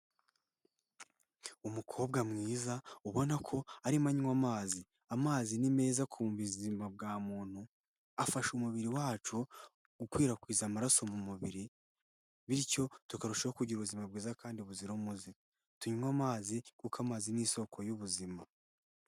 Umukobwa mwiza ubona ko arimo anywa amazi, amazi ni meza ku buzima bwa muntu afasha umubiri wacu gukwirakwiza amaraso mu mubiri bityo tukarushaho kugira ubuzima bwiza kandi buzira umuze. Tunywe amazi kuko amazi ni isoko y'ubuzima.